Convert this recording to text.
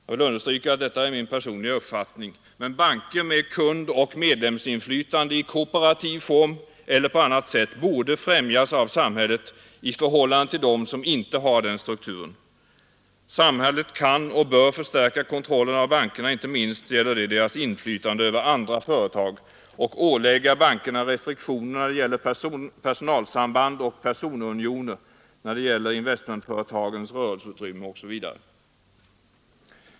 Jag vill understryka att detta är min personliga uppfattning. Banker med kund och medlemsinflytande — i kooperativ form eller på annat sätt — borde främjas av samhället i förhållande till dem som inte har den strukturen. Samhället kan och bör förstärka kontrollen av bankerna — inte minst gäller det deras inflytande över andra företag — och ålägga bankerna restriktioner när det gäller personalsamband och personunioner, när det gäller investmentföretagens rörelseutrymme osv.